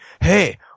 hey